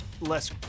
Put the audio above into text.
less